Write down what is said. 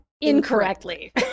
Incorrectly